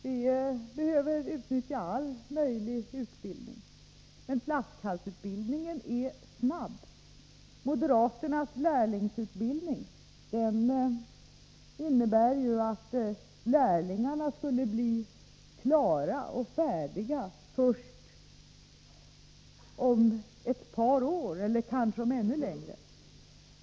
Vi behöver utnyttja all möjlig utbildning, men flaskhalsutbildningen är snabb. Moderaternas lärlingsutbildning innebär att lärlingarna skulle bli färdiga först om ett par år eller kanske ännu senare.